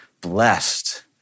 blessed